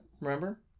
Remember